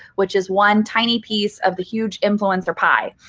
which is one tiny piece of the huge influencer pie.